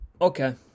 Okay